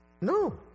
No